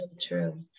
true